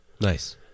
Nice